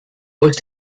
aus